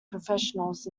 professionals